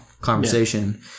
conversation